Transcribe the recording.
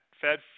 Fed